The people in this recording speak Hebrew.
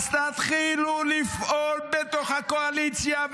אז תתחילו לפעול בתוך הקואליציה,